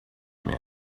happy